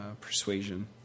persuasion